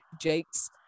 Jakes